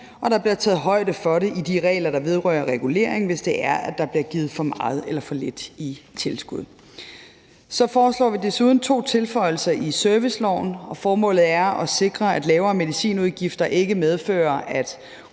og der bliver taget højde for det i de regler, der vedrører regulering, hvis det er, at der bliver givet for meget eller for lidt i tilskud. Så foreslår vi desuden to tilføjelser i serviceloven, og formålet er at sikre, at lavere medicinudgifter ikke medfører, at